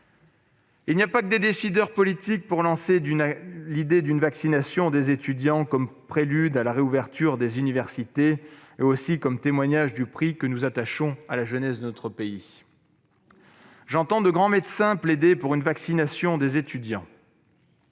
Il n'y a pas que des décideurs politiques pour lancer l'idée d'une vaccination des étudiants comme prélude à la réouverture des universités et comme témoignage du prix que nous attachons à la jeunesse de notre pays. J'entends de grands médecins plaider pour une vaccination des étudiants.